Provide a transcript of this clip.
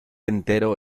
entero